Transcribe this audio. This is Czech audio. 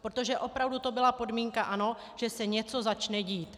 Protože to opravdu byla podmínka ANO, že se něco začne dít.